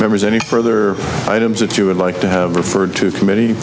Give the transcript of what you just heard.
members any further items that you would like to have referred to commit